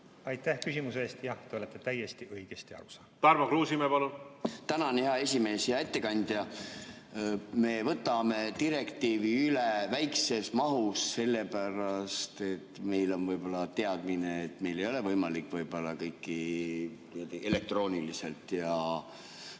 Aitäh küsimuse eest! Jah, te olete täiesti õigesti aru saanud. Tarmo Kruusimäe, palun! Tänan, hea esimees! Hea ettekandja! Me võtame direktiivi üle väikses mahus, sellepärast et meil on võib-olla teadmine, et meil ei ole võimalik elektrooniliselt ja